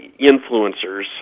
influencers